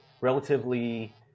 relatively